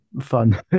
fun